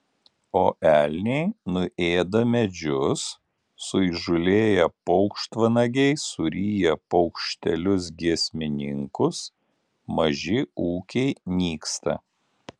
o elniai nuėda medžius suįžūlėję paukštvanagiai suryja paukštelius giesmininkus maži ūkiai nyksta